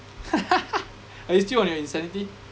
are you still on your insanity